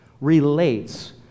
relates